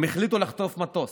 הם החליטו לחטוף מטוס,